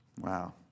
Wow